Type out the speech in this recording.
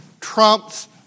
trumps